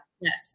yes